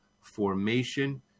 formation